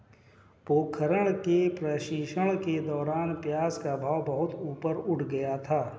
पोखरण के प्रशिक्षण के दौरान प्याज का भाव बहुत ऊपर उठ गया था